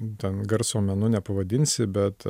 ten garso menu nepavadinsi bet